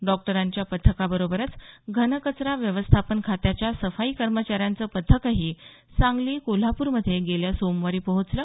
डॉक्टरांच्या पथकाबरोबरच घनकचरा व्यवस्थापन खात्याच्या सफाई कर्मचाऱ्यांचं पथकही सांगली कोल्हापूरमध्ये गेल्या सोमवारी पोहोचलं